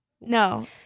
No